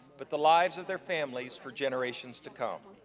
but the lives of their families for generations to come.